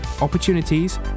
opportunities